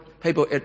people